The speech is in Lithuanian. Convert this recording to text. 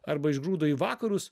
arba išgrūdo į vakarus